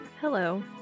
Hello